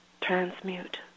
Transmute